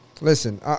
Listen